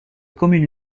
communes